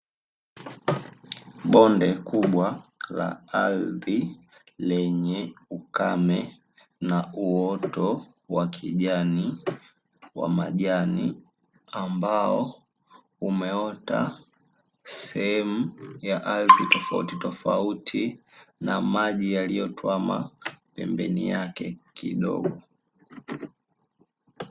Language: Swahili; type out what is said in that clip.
Bonde kubwa la ardhi lenye ukame na uoto wa kijani wa majani, ambao umeota sehemu ya ardhi tofautitofauti na maji yaliyotwama pembeni yake kidogo.